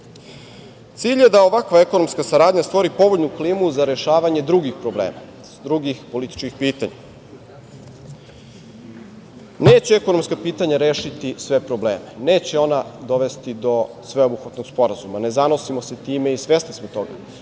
Ibra. Cilj je da ovakva ekonomska saradnja stvori povoljnu klimu za rešavanje drugih problema, drugih političkih pitanja. Neće ekonomska pitanja rešiti sve probleme, neće ona dovesti do sveobuhvatnog sporazuma. Ne zanosimo se time i svesni smo toga,